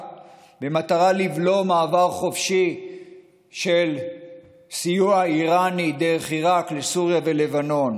במטרה לבלום מעבר חופשי של סיוע איראני דרך עיראק לסוריה ולבנון,